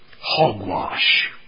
Hogwash